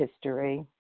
history